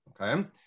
okay